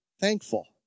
thankful